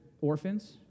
orphans